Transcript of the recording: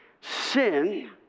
sin